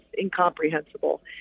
incomprehensible